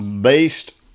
based